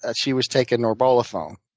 ah she was taking norbolethone.